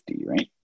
right